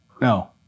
No